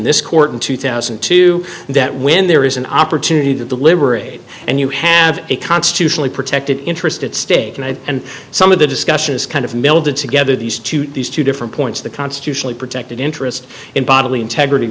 this court in two thousand and two that when there is an opportunity to deliberate and you have a constitutionally protected interest at stake tonight and some of the discussion is kind of mildewed together these two these two different points the constitutional protected interest in bodily integrity